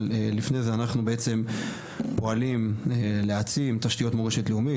אבל לפני זה אנחנו בעצם פועלים להעצים תשתיות מורשת לאומית,